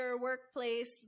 workplace